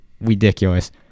ridiculous